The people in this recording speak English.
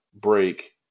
break